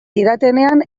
didatenean